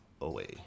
away